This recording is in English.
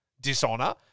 dishonor